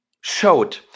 showed